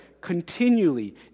continually